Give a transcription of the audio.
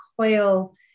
coil